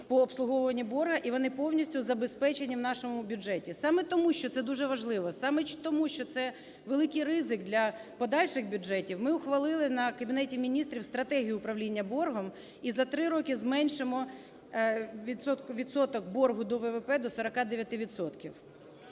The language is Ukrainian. по обслуговуванню боргу, і вони повністю забезпечені в нашому бюджеті. Саме тому що це дуже важливо, саме тому що це великий ризик для подальших бюджетів, ми ухвалили на Кабінет Міністрів стратегію управління боргом і за 3 роки зменшимо відсоток боргу до ВВП до 49